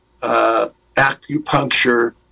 Acupuncture